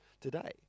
today